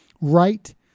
right